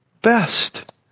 best